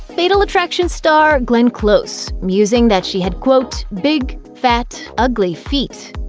fatal attraction star glenn close, musing that she had, quote, big, fat, ugly feet.